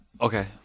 Okay